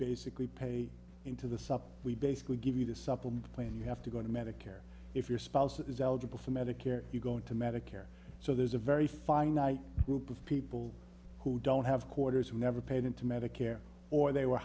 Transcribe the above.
basically paid into the sub we basically give you the supplement plan you have to go to medicare if your spouse is eligible for medicare you go to medicare so there's a very finite group of people who don't have quarters who never paid into medicare or they were